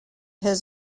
has